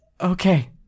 Okay